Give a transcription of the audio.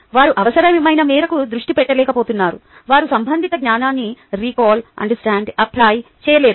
వారు అవసరమైన మేరకు దృష్టి పెట్టలేకపోతున్నారు వారు సంబంధిత జ్ఞానాన్ని రికాల్ అండర్స్టాండ్ అప్లై చేయలేరు